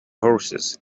horses